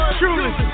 truly